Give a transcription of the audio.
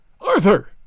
Arthur